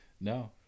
No